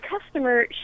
customer